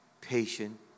patient